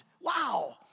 wow